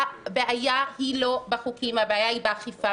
הבעיה היא לא בחוקים, הבעיה היא באכיפה.